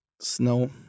snow